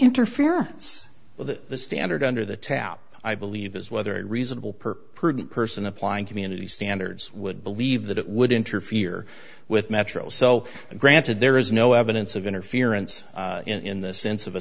interference with it the standard under the tap i believe is whether a reasonable per person applying community standards would believe that it would interfere with metro so granted there is no evidence of interference in the sense of a